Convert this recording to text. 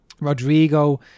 Rodrigo